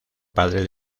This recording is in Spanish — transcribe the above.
padre